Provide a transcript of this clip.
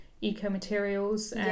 eco-materials